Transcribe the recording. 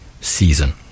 season